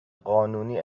قانونی